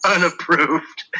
Unapproved